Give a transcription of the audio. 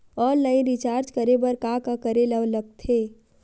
Online recharge करे बर का का करे ल लगथे?